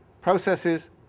Processes